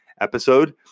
episode